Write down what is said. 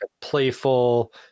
playful